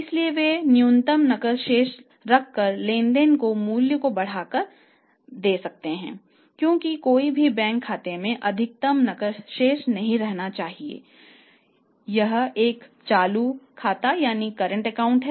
इसलिए वे न्यूनतम नकद शेष रखकर लेनदेन के मूल्य को बढ़ा सकते हैं क्योंकि कोई भी बैंक खाते में अधिकतम नकद शेष नहीं रखना चाहता है क्योंकि यह एक चालू खाता है